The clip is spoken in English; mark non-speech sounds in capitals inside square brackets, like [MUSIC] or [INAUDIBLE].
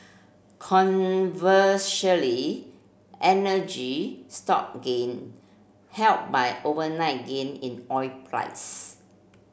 [UNINTELLIGIBLE] energy stock gained helped by overnight gain in oil price